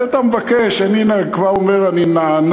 אתה מבקש, הנה, כבר אני אומר, אני נענה.